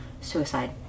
Suicide